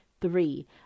three